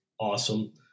awesome